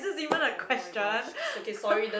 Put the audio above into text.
oh-my-gosh k~ K sorry the